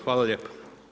Hvala lijepa.